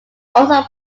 also